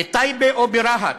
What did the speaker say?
בטייבה או ברהט,